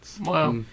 Wow